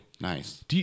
Nice